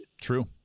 True